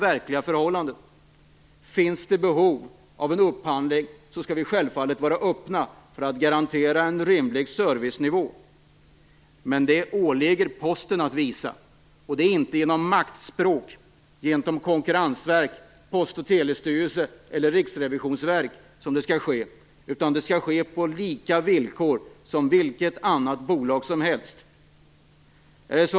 Om det finns behov av en upphandling skall vi självfallet vara öppna för att garantera en rimlig servicenivå, men det åligger Posten att visa det. Det är inte genom maktspråk gentemot Konkurrensverket, Post och Telestyrelsen eller Riksrevisionsverket som det skall ske, utan det skall ske på lika villkor som för vilket annat bolag som helst.